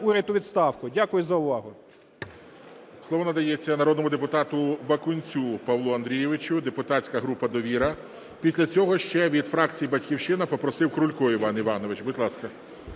уряд у відставку. Дякую за увагу. ГОЛОВУЮЧИЙ. Слово надається народному депутату Бакунцю Павлу Андрійовичу, депутатська група "Довіра". Після цього ще від фракції "Батьківщина" попросив Крулько Іван Іванович. Будь ласка,